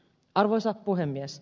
arvoisa puhemies